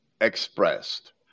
expressed